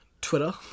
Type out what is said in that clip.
Twitter